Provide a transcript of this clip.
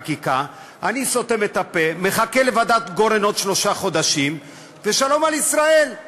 ואני סותם את הפה ומחכה לוועדת גורן עוד שלושה חודשים ושלום על ישראל?